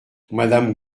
madame